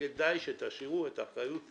כדאי שתשאירו את האחריות המלאה,